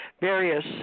various